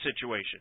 situation